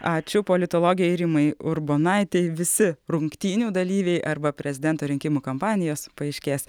ačiū politologei rimai urbonaitei visi rungtynių dalyviai arba prezidento rinkimų kampanijos paaiškės